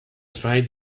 tried